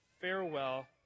farewell